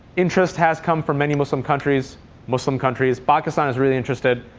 interest has come from many muslim countries muslim countries. pakistan is really interested,